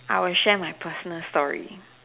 I will share my personal story